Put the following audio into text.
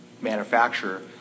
manufacturer